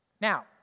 Now